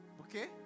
okay